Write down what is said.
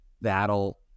that'll